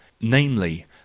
namely